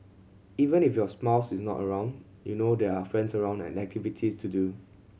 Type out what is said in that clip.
even if your spouse is not around you know there are friends around and activities to do